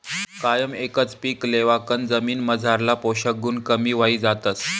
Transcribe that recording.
कायम एकच पीक लेवाकन जमीनमझारला पोषक गुण कमी व्हयी जातस